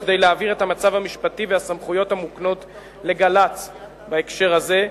וכדי להבהיר את המצב המשפטי והסמכויות המוקנות לגל"צ בהקשר הזה,